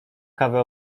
kawę